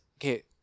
okay